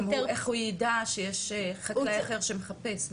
גם איך הוא ידע שיש חקלאי אחר שמחפש?